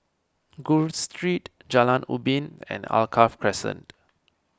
Gul Street Jalan Ubin and Alkaff Crescent